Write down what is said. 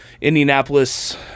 Indianapolis